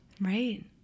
Right